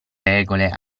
regole